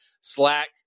Slack